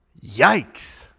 Yikes